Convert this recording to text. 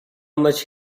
much